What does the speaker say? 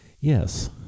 Yes